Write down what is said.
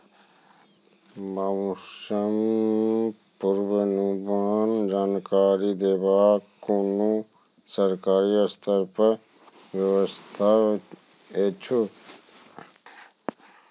मौसम पूर्वानुमान जानकरी देवाक कुनू सरकारी स्तर पर व्यवस्था ऐछि?